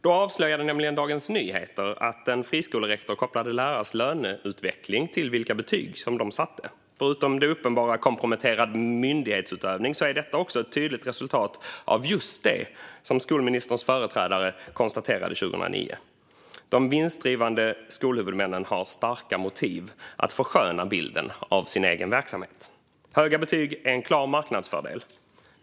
Då avslöjade nämligen Dagens Nyheter att en friskolerektor kopplade lärares löneutveckling till de betyg som lärarna satte. Förutom att detta uppenbart handlar om komprometterad myndighetsutövning är det också ett tydligt resultat av just det som den dåvarande utbildningsministern konstaterade 2009. De vinstdrivande skolhuvudmännen har starka motiv att försköna bilden av sin egen verksamhet. Höga betyg är en klar marknadsfördel.